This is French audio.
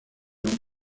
lyon